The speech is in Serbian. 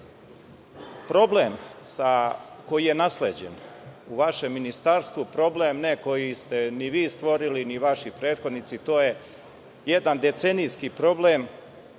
problem koji je nasleđen u vašem ministarstvu, problem ne koji ste ni vi stvorili, ni vaši prethodnici, to je jedan decenijski problem